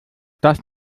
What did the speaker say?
das